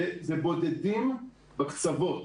זה בודדים בקצוות.